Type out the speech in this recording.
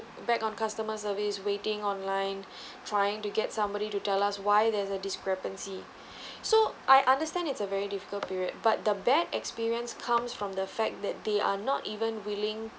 back on customer service waiting online trying to get somebody to tell us why there's a discrepancy so I understand it's a very difficult period but the bad experience comes from the fact that they are not even willing